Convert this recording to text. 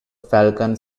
falcon